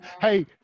hey